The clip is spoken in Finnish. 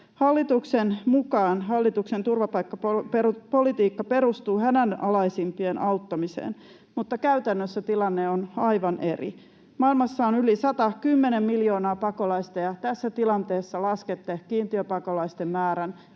Hallituksen mukaan hallituksen turvapaikkapolitiikka perustuu hädänalaisimpien auttamiseen, mutta käytännössä tilanne on aivan eri. Maailmassa on yli 110 miljoonaa pakolaista, ja tässä tilanteessa laskette kiintiöpakolaisten määrän ennätyksellisen